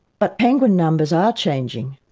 but penguin numbers are changing.